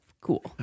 cool